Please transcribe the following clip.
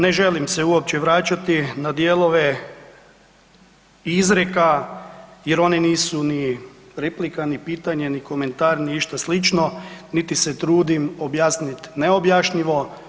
Ne želim se uopće vraćati na dijelove izreka jer oni nisu ni replika, ni pitanje, ni komentar, ni išta slično niti se trudim objasnit neobjašnjivo.